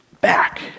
back